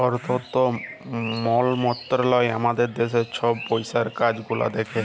অথ্থ মলত্রলালয় আমাদের দ্যাশের ছব পইসার কাজ গুলা দ্যাখে